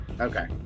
okay